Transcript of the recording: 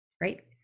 right